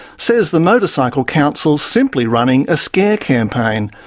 says the motorcycle council's simply running a scare campaign.